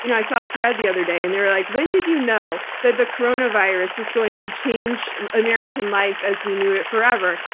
you know i saw a thread the other day, and they're like, when did you know that the coronavirus was going to change american life as we knew it forever?